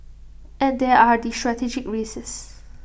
and there are the strategic risks